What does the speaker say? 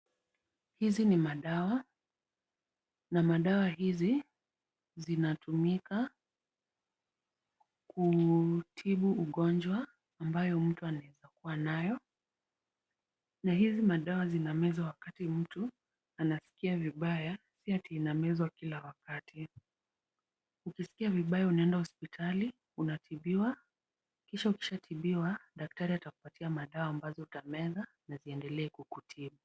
Hizi ni dawa, na dawa hizi, zinatumika kutibu ugonjwa ambayo mtu aneweza kuwa nayo, na hizi madawa zinamezwa wakati mtu anaskia vibaya, si ati inameza Kila wakati, ukiskia vibaya unaenda hosipitali unatibiwa, kisha ukishatibiwa daktari atakupatia dawa ambazo utameza na ziendelee kukutibu